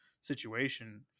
situation